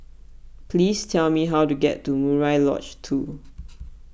please tell me how to get to Murai Lodge two